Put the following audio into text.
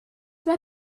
mae